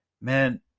Man